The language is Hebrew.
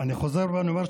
אני חוזר ואומר,